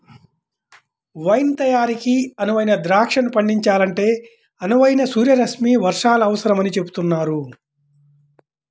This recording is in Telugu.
వైన్ తయారీకి అనువైన ద్రాక్షను పండించాలంటే అనువైన సూర్యరశ్మి వర్షాలు అవసరమని చెబుతున్నారు